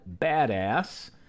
badass